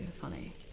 funny